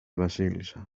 βασίλισσα